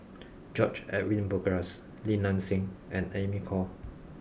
George Edwin Bogaars Li Nanxing and Amy Khor